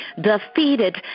defeated